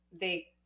they-